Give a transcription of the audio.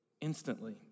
instantly